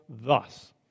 thus